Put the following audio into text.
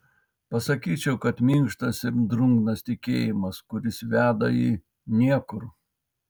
pasakyčiau kad minkštas ir drungnas tikėjimas kuris veda į niekur